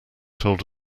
told